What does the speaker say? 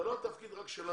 זה לא התפקיד רק שלנו.